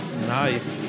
Nice